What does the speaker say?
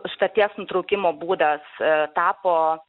sutarties nutraukimo būdas tapo